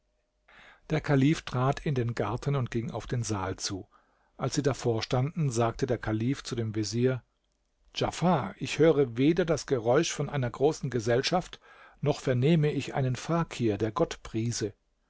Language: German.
der kalif trat in den garten und ging auf den saal zu als sie davor standen sagte der kalif zu dem vezier djafar ich höre weder das geräusch von einer großen gesellschaft noch vernehme ich einen fakir der gott priese